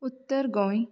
Uttar Goa